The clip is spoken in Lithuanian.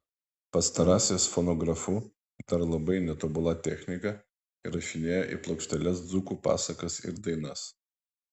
pastarasis fonografu dar labai netobula technika įrašinėjo į plokšteles dzūkų pasakas ir dainas